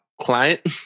client